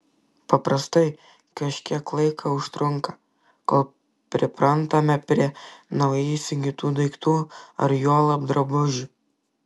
paprastai kažkiek laiko užtrunka kol priprantame prie naujai įsigytų daiktų ar juolab drabužių